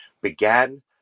began